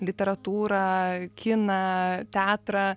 literatūrą kiną teatrą